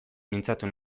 mintzatu